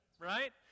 right